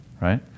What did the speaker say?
right